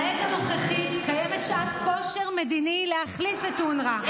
בעת הנוכחית קיימת שעת כושר מדינית להחליף את אונר"א,